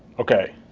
ok.